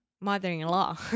mother-in-law